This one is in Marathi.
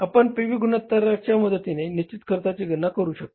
आपण पी व्ही गुणोत्तराच्या मदतीने निश्चित खर्चाची गणना करू शकता